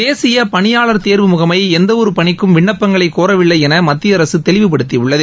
தேசிய பணியாளர் தேர்வு முகமை எந்தவொரு பணிக்கும் விண்ணப்பங்களை கோரவில்லை என மத்திய அரசு தெளிவுப்படுத்த ிடள்ளது